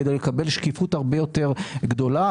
כדי לקבל שקיפות הרבה יותר גדולה,